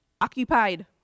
occupied